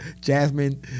Jasmine